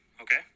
Okay